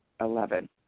Eleven